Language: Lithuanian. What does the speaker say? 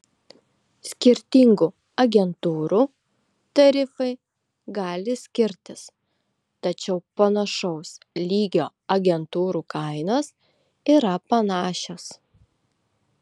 skirtingų agentūrų tarifai gali skirtis tačiau panašaus lygio agentūrų kainos yra panašios